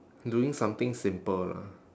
doing something simple lah